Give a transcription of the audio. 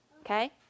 okay